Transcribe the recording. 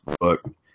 book